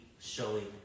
showing